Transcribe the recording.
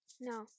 No